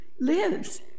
lives